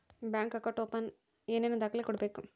Bank account open ಏನೇನು ದಾಖಲೆ ಕೊಡಬೇಕು?